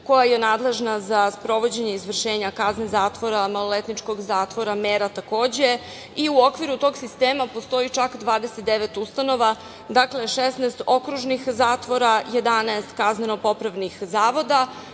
koja je nadležna za sprovođenje izvršenja kazne zatvora, maloletničkog zatvora, mera takođe i u okviru tog sistema postoji čak 29 ustanova. Dakle, 16 okružnih zatvora, 11 kazneno-popravnih zavoda,